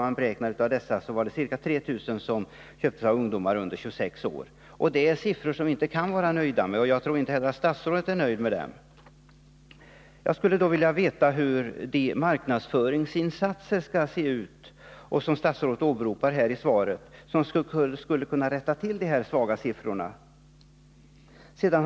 Man beräknar att av dessa köptes ca 3 000 av ungdomar under 26 år. Det är siffror som man inte kan vara nöjd med. Jag tror inte heller statsrådet är nöjd med dem. Jag skulle då vilja veta hur de marknadsföringsinsatser som statsrådet åberopar i svaret och som skulle rätta till de här svaga siffrorna skall se ut.